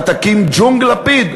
מה, אתה קים ג'ונג לפיד?